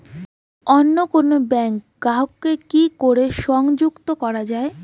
অন্য কোনো ব্যাংক গ্রাহক কে কি করে সংযুক্ত করা য়ায়?